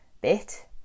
bit